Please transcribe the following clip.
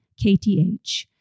KTH